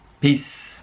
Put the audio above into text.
peace